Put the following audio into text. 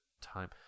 time